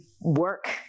work